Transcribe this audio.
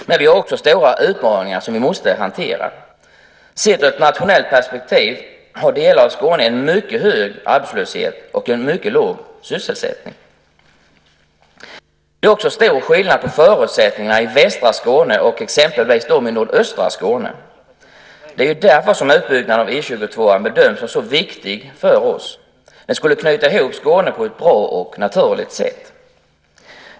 Men vi har också stora utmaningar som vi måste hantera. Sett ur ett nationellt perspektiv har delar av Skåne en mycket hög arbetslöshet och en mycket låg sysselsättning. Det är också stora skillnader på förutsättningarna i västra Skåne och exempelvis de i nordöstra Skåne. Det är därför som utbyggnaden av E 22 bedöms som så viktig för oss. Det skulle knyta ihop Skåne på ett bra och naturligt sätt.